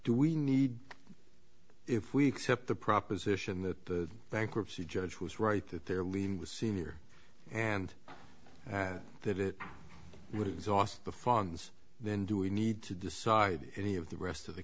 do we need if we accept the proposition that the bankruptcy judge was right that their leaving was sr and that it would exhaust the fons then do we need to decide any of the rest of the